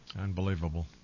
Unbelievable